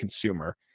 consumer